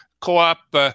co-op